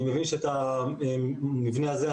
אני מבין שאת המבנה הזה,